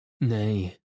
Nay